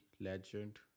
legend